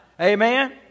Amen